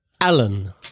Alan